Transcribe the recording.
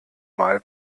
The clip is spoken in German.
mal